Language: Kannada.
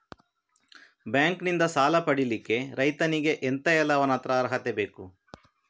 ಬ್ಯಾಂಕ್ ನಿಂದ ಸಾಲ ಪಡಿಲಿಕ್ಕೆ ರೈತನಿಗೆ ಎಂತ ಎಲ್ಲಾ ಅವನತ್ರ ಅರ್ಹತೆ ಬೇಕು?